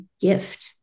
gift